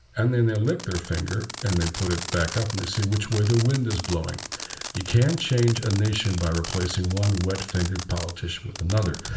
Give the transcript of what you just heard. and then they lick their finger and they put it back up and they see which way the wind is blowing you can't change a nation by replacing one wet-fingered politician with another.